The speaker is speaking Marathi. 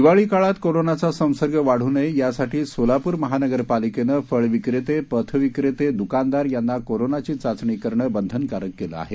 दिवाळीकाळात कोरोनाचा संसर्ग वाढू नये यासाठी सोलापूर महानगरपालिकेनं फळविक्रेते पथ विक्रीते दुकानदार यांना कोरोनाची चाचणी करणं बंधनकारक केलं आहे